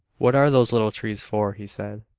what are those little trees for? he said,